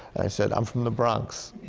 i said, i'm from the bronx.